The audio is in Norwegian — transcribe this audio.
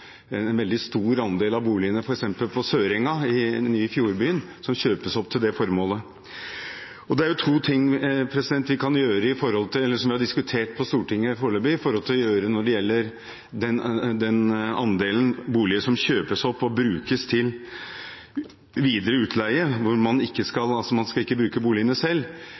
en veldig stor andel av boligene f.eks. på Sørenga, i den nye fjordbyen, kjøpes opp til det formålet. Det er to ting, som vi har diskutert på Stortinget, som vi kan gjøre foreløpig når det gjelder den andelen boliger som kjøpes opp og brukes til videre utleie, hvor man altså ikke skal bruke boligene selv.